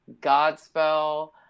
Godspell